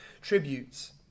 Tributes